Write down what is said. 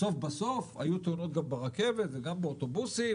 בסוף-בסוף היו תאונות גם ברכבת וגם באוטובוסים,